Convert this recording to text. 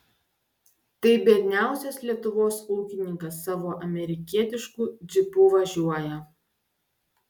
tai biedniausias lietuvos ūkininkas savo amerikietišku džipu važiuoja